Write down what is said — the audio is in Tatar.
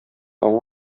аңа